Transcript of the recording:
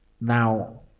Now